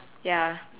ya